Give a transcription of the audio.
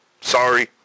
Sorry